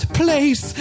place